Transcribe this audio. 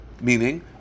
Meaning